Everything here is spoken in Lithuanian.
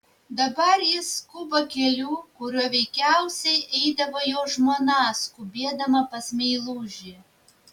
dabar jis skuba keliu kuriuo veikiausiai eidavo jo žmona skubėdama pas meilužį